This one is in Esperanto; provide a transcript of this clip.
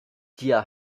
ĝia